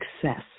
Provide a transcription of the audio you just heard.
success